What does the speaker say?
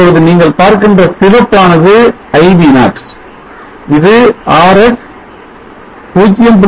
இப்பொழுது நீங்கள் பார்க்கின்ற சிவப்பானது I V0 இது RS 0